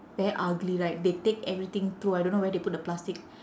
very ugly right they take everything throw I don't know where they put the plastic